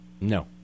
No